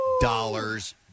dollars